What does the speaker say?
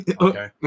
Okay